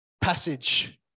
passage